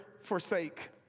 forsake